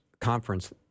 conference